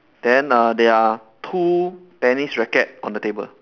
then uh there are two tennis racket on the table